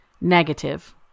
Negative